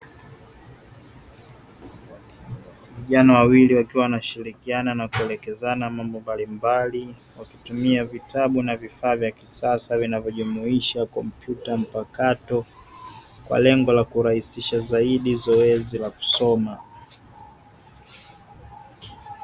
Vijana wawili wakiwa wanashirikiana na kuelekezana mambo mbalimbali kwa kutumia vitabu na vifaa vya kisasa, vinavyojumuisha kompyuta mpakato kwa lengo la kurahisisha zaidi zoezi la kusoma.